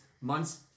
Months